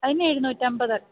അതിന് എഴുന്നൂറ്റിയമ്പത്